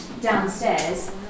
downstairs